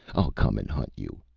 i'll come and hunt you!